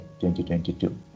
2022